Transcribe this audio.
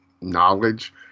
knowledge